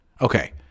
Okay